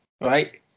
Right